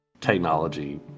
technology